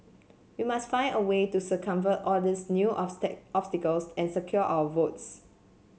we must find a way to circumvent all these new obstacles and secure our votes